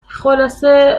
خلاصه